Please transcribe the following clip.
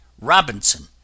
Robinson